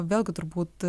vėlgi turbūt